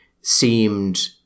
seemed